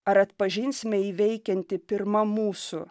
ar atpažinsime jį veikiantį pirma mūsų